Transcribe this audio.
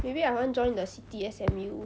maybe I want join the city S_M_U